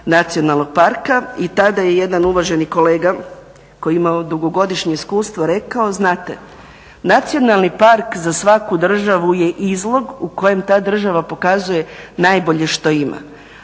nacionalnog parka. I tada je jedan uvaženi kolega koji je imao dugogodišnje iskustvo rekao, znate nacionalni park za svaku državu je izlog u kojem ta država pokazuje najbolje što ima.